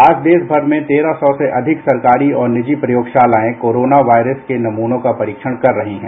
आज देश भर में तेरह सौ से ज्यादा सरकारी और निजी प्रयोगशालाएं कोरोना वायरस के नमूनों का परीक्षण कर रही हैं